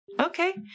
Okay